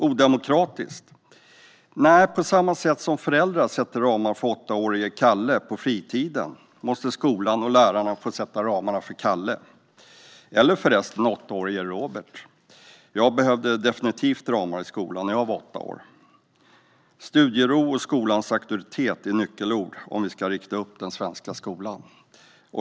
Odemokratiskt? Nej, på samma sätt som föräldrar sätter ramar för åttaårige Kalle på fritiden måste skolan och lärarna få sätta ramarna för Kalle - eller förresten för åttaårige Robert. Jag behövde definitivt ramar i skolan när jag var åtta år. Studiero och skolans auktoritet är nyckelord om vi ska rikta upp den svenska skolan.